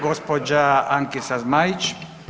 Gospođa Ankica Zmajić.